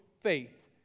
faith